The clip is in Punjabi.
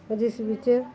ਜਿਸ ਵਿੱਚ